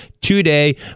today